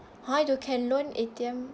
!huh! you can loan A_T_M